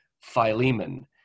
Philemon